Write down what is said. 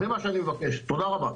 זה מה שאני מבקש, תודה רבה.